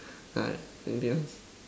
uh anything else